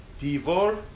Divor